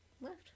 left